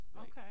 okay